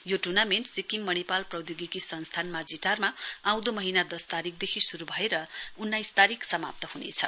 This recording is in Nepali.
यो टुर्नामेण्ट सिक्किम मणिपाल प्रौधोगिकी संस्थान माझिटारमा आउँदो महीना दस तारीकदेखि शुरु भएर उन्नाइस तारीक समाप्त हुनेछ